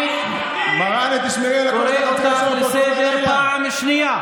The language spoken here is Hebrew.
אני קורא אותך לסדר פעם שנייה.